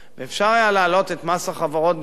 היה אפשר להעלות את מס החברות בכמה